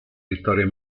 vittoria